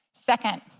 Second